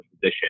position